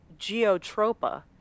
geotropa